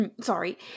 sorry